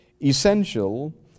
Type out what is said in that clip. essential